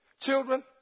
Children